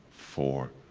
four,